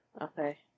Okay